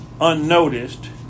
unnoticed